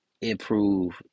improve